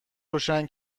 روشن